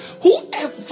whoever